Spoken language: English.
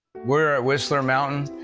we're at whistler mountain,